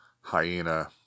hyena